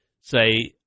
say